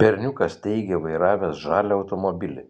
berniukas teigė vairavęs žalią automobilį